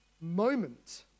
moment